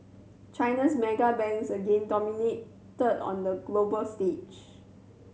China's mega banks again dominated on the global stage